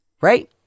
right